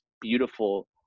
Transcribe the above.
beautiful